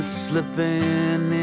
slipping